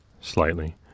slightly